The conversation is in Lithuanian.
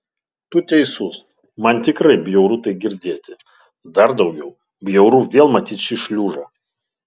tu teisus man tikrai bjauru tai girdėti dar daugiau bjauru vėl matyti šį šliužą